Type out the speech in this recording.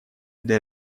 для